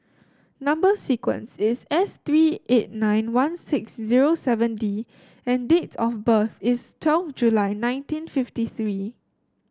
number sequence is S three eight nine one six zero seven D and date of birth is twelve July nineteen fifty three